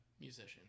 musician